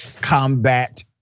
combat